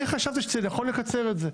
אני חשבתי שנכון לקצר את זה.